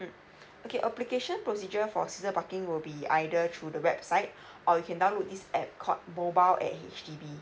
mm okay application procedure for season parking will be either through the website or you can download this app called mobile at H_D_B